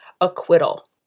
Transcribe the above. acquittal